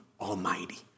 Almighty